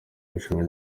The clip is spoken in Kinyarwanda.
irushanwa